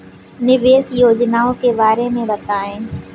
निवेश योजनाओं के बारे में बताएँ?